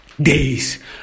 days